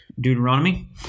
Deuteronomy